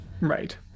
Right